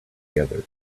together